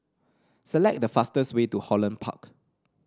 select the fastest way to Holland Park